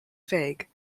vague